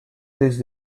leased